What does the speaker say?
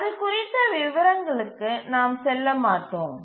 அது குறித்த விவரங்களுக்கு நாம் செல்ல மாட்டோம்